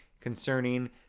concerning